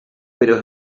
pero